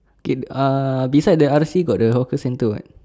K ah beside the R_C got the hawker centre [what]